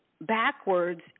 backwards